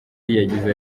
yagize